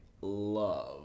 love